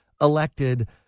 elected